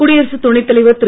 குடியரசுத் துணை தலைவர் திரு